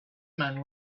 mind